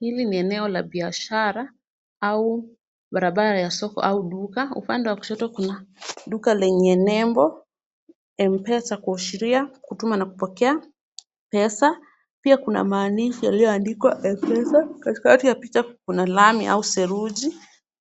Hili ni eneo la biashara au barabara ya soko au duka. Upande wa kushoto kuna duka lenye nembo Mpesa, kuashiria kutuma na kupokea pesa. Pia kuna maandishi yaliyoandikwa Mpesa. Katikati ya picha kuna lami au seruji.